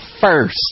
first